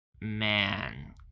man